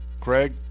Craig